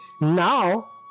Now